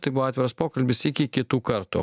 tai buvo atviras pokalbis iki kitų kartų